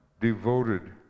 devoted